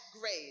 grade